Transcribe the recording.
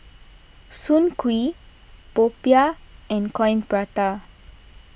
Soon Kuih Popiah and Coin Prata